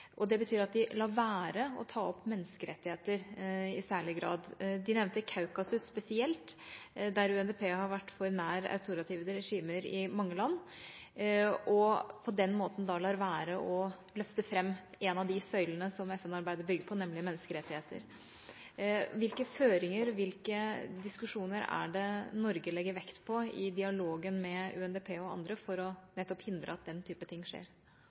Det betyr at de lar være å ta opp menneskerettigheter i særlig grad. De nevnte Kaukasus spesielt, der UNDP har vært for nær autorative regimer i mange land og dermed lar være å løfte fram en av de søylene som FN-arbeidet bygger på, nemlig menneskerettigheter. Hvilke føringer og diskusjoner legger Norge vekt på i dialogen med UNDP og andre for å hindre at den type ting skjer?